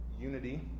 unity